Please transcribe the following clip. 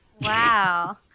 Wow